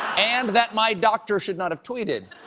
and that my doctor should not have tweeted.